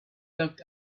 locked